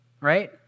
right